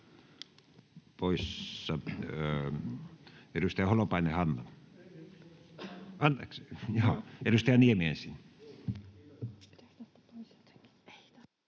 Edustaja Holopainen, Hanna. [Veijo Niemi: Ei